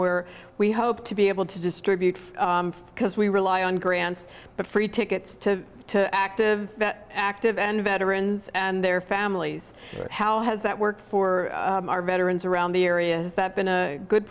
where we hope to be able to distribute because we rely on grants but free tickets to the active active and veterans and their families how has that worked for our veterans around the area has that been a good